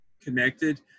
connected